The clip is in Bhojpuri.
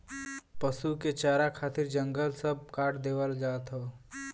पसु के चारा खातिर जंगल सब काट देवल जात हौ